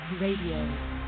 Radio